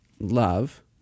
love